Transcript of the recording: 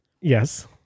yes